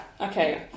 Okay